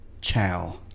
Ciao